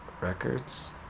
records